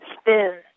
spin